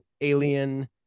alien